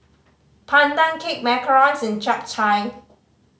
Pandan Cake macarons and Chap Chai